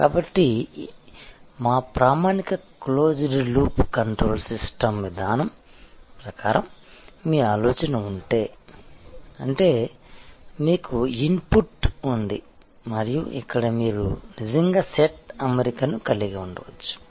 కాబట్టి మా ప్రామాణిక క్లోజ్డ్ లూప్ కంట్రోల్ సిస్టమ్ విధానం ప్రకారం మీ ఆలోచన ఉంటే అంటే మీకు ఇన్పుట్ ఉంది మరియు ఇక్కడ మీరు నిజంగా సెట్ అమరికను కలిగి ఉండవచ్చు